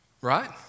Right